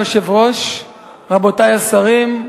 רבותי השרים,